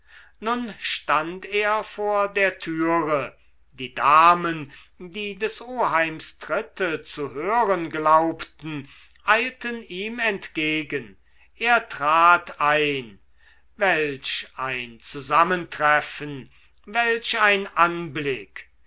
nun stand er vor der türe die damen die des oheims tritte zu hören glaubten eilten ihm entgegen er trat ein welch ein zusammentreffen welch ein anblick